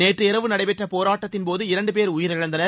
நேற்று இரவு நடைபெற்ற போராட்டத்தின்போது இரண்டு பேர் உயிரிழந்தனர்